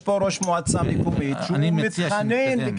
נמצא כאן ראש מועצה מקומית שיוכל להתייחס.